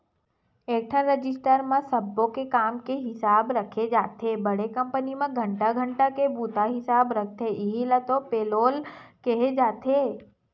एकठन रजिस्टर म सब्बो के काम के हिसाब राखे जाथे बड़े कंपनी म घंटा घंटा के बूता हिसाब राखथे इहीं ल तो पेलोल केहे जाथे